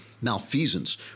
malfeasance